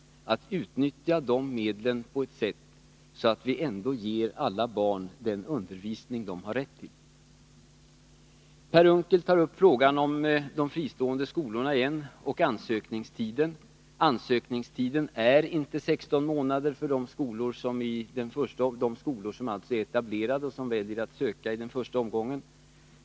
Det är att utnyttja de medlen på sådant sätt att de ändå ger alla barn den undervisning de har rätt till. Per Unckel tog igen upp frågan om de fristående skolorna och ansökningstiden. Ansökningstiden är inte 16 månader för den som i den första omgången väljer att söka till de skolor som är etablerade.